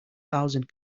thousand